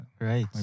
Right